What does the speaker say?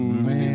man